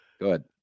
good